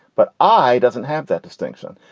but i doesn't have that distinction.